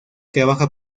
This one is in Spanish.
trabaja